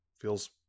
Feels